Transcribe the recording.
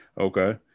Okay